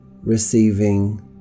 receiving